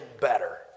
better